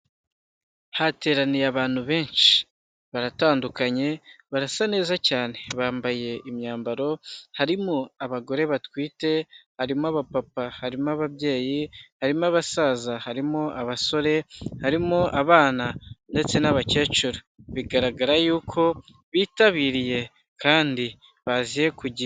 Hateraniye abantu benshi. Baratandukanye barasa neza cyane, bambaye imyambaro harimo abagore batwite harimo aba papa, harimo ababyeyi, harimo abasaza, harimo abasore, harimo abana ndetse n'abakecuru. Bigaragara yuko bitabiriye kandi baziye ku gihe.